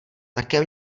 také